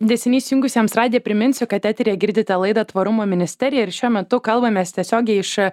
tęsinys jungusiems radiją priminsiu kad eteryje girdite laidą tvarumo ministerija ir šiuo metu kalbamės tiesiogiai iš